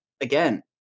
again